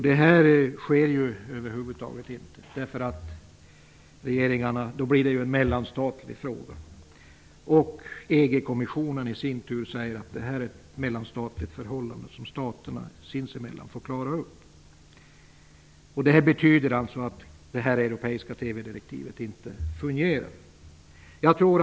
Detta sker över huvud taget inte, eftersom det skulle bli en mellanstatlig angelägenhet. EG-kommissionen säger i sin tur att staterna sinsemellan får klara ut denna mellanstatliga angelägenhet. Detta betyder att det europeiska TV-direktivet inte fungerar.